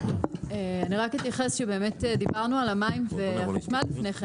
אני רק אתייחס שבאמת דיברנו על המים והחשמל לפני כן,